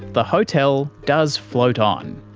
the hotel does float on.